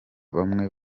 bamwe